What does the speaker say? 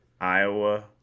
Iowa